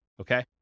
Okay